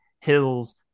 hills